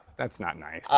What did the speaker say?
that's not nice. ah,